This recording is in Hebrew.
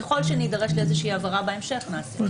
וככל שנידרש לאיזושהי הבהרה בהמשך, נעשה את זה.